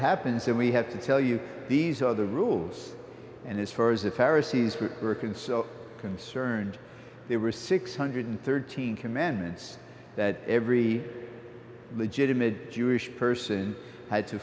happens and we have to tell you these are the rules and as far as the pharisees were working so concerned there were six hundred and thirteen commandments that every legitimate jewish person had to